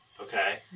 Okay